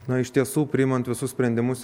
na iš tiesų priimant visus sprendimus